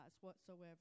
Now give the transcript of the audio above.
whatsoever